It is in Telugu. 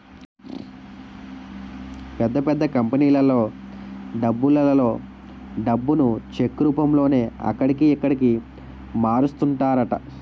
పెద్ద పెద్ద కంపెనీలలో డబ్బులలో డబ్బును చెక్ రూపంలోనే అక్కడికి, ఇక్కడికి మారుస్తుంటారట